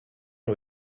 nhw